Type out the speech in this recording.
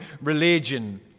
religion